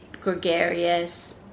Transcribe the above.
gregarious